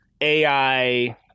AI